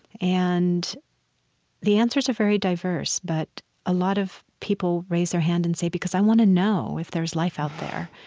and the answers are very diverse, but a lot of people raised their hand and said, because i want to know if there's life out there.